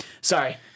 Sorry